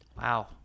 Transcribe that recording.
Wow